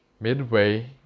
Midway